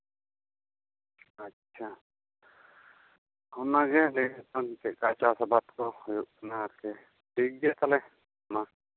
ᱟᱪᱪᱷᱟ ᱚᱱᱟᱜᱤᱧ ᱞᱟᱹᱭᱮᱜ ᱠᱟᱱ ᱛᱟᱦᱮᱱᱟ ᱪᱮᱫᱞᱮᱠᱟ ᱪᱟᱥ ᱠᱚ ᱦᱩᱭᱩᱜ ᱠᱟᱱᱟ ᱴᱷᱤᱠ ᱜᱮᱭᱟ ᱛᱟᱦᱚᱞᱮ ᱢᱟ